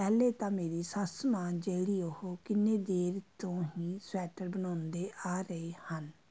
ਪਹਿਲੇ ਤਾਂ ਮੇਰੀ ਸੱਸ ਮਾਂ ਜਿਹੜੀ ਉਹ ਕਿੰਨੇ ਦੇਰ ਤੋਂ ਹੀ ਸਵੈਟਰ ਬਣਾਉਂਦੇ ਆ ਰਹੇ ਹਨ